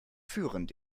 führend